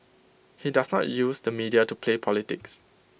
he does not use the media to play politics